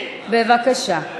בבקשה.